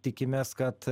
tikimės kad